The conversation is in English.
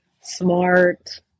smart